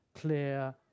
clear